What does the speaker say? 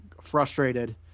frustrated